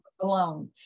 alone